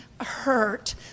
hurt